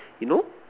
you know